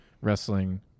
wrestling